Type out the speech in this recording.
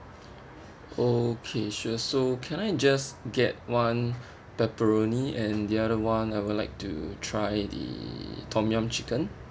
okay sure so can I just get one pepperoni and the other [one] I would like to try the tom yum chicken